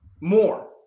more